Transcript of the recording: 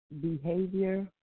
behavior